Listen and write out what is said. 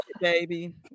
baby